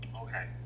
Okay